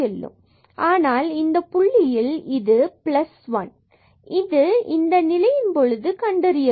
Alongx axis fxxy x→0xxsin 1x 2xcos1|x|0 ஆனால் இந்த புள்ளியில் இது பிளஸ் ஒன் இதை இந்த நிலையின் பொழுது கண்டறியவில்லை